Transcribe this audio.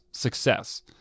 Success